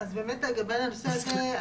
לגבי הנושא הזה,